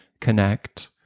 connect